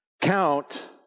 Count